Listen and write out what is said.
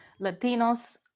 Latinos